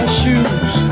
shoes